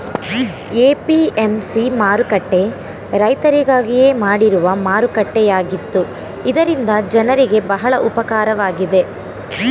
APMC ಮಾರುಕಟ್ಟೆ ರೈತರಿಗಾಗಿಯೇ ಮಾಡಿರುವ ಮಾರುಕಟ್ಟೆಯಾಗಿತ್ತು ಇದರಿಂದ ಜನರಿಗೆ ಬಹಳ ಉಪಕಾರವಾಗಿದೆ